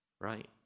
right